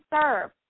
serve